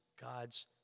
God's